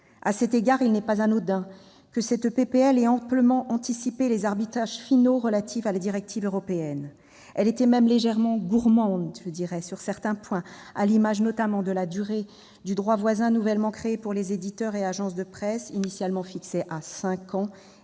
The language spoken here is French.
À cet égard, il n'est pas anodin que cette proposition de loi ait amplement anticipé les arbitrages finaux relatifs à la directive européenne. Elle était même légèrement « gourmande » sur certains points, à l'image de la durée du droit voisin nouvellement créé pour les éditeurs et agences de presse, initialement fixée à cinq ans,